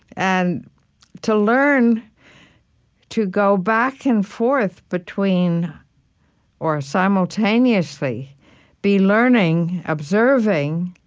and to learn to go back and forth between or simultaneously be learning, observing,